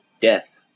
death